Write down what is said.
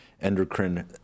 endocrine